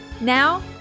Now